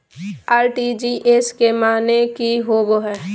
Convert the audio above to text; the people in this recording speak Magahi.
आर.टी.जी.एस के माने की होबो है?